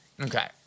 Okay